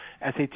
SAT